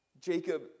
Jacob